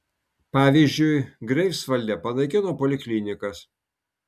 pavyzdžiui greifsvalde panaikino poliklinikas